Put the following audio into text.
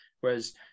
Whereas